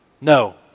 No